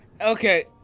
Okay